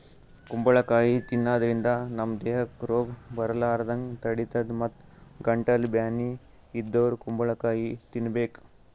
ಕುಂಬಳಕಾಯಿ ತಿನ್ನಾದ್ರಿನ್ದ ನಮ್ ದೇಹಕ್ಕ್ ರೋಗ್ ಬರಲಾರದಂಗ್ ತಡಿತದ್ ಮತ್ತ್ ಗಂಟಲ್ ಬ್ಯಾನಿ ಇದ್ದೋರ್ ಕುಂಬಳಕಾಯಿ ತಿನ್ಬೇಕ್